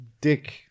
dick